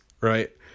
right